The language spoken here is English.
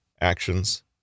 Actions